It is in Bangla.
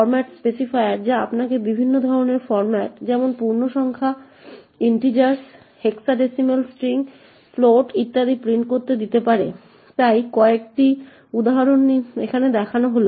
ফরম্যাট স্পেসিফায়ার যা আপনাকে বিভিন্ন ধরনের ফরম্যাট যেমন পূর্ণসংখ্যা হেক্সাডেসিমেল স্ট্রিং ফ্লোট ইত্যাদি প্রিন্ট করতে দিতে পারে তাই কয়েকটি উদাহরণ এখানে দেখানো হল